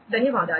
ధన్యవాదాలు